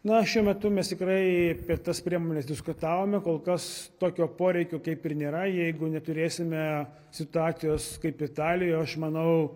na šiuo metu mes tikrai apie tas priemones diskutavome kol kas tokio poreikio kaip ir nėra jeigu neturėsime situacijos kaip italijoj o aš manau